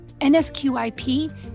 NSQIP